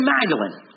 Magdalene